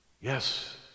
Yes